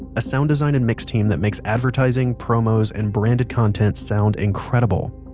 a sound design and mix team that makes advertising, promos, and branded content sound incredible.